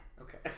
Okay